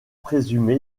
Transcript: présumé